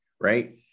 right